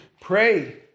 pray